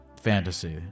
fantasy